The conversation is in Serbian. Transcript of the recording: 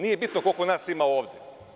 Nije bitno koliko nas ima ovde.